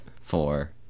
four